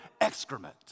excrement